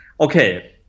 okay